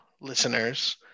Listeners